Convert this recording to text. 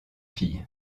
fille